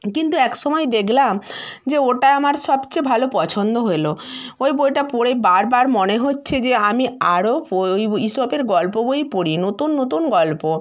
কিন্তু এক সময় দেখলাম যে ওটাই আমার সবচেয়ে ভালো পছন্দ হলো ওই বইটা পড়ে বারবার মনে হচ্ছে যে আমি আরও ওই ঈশপের গল্প বই পড়ি নতুন নতুন গল্প